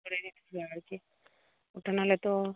ধরে দিতে হবে আর কি ওটা নাহলে তো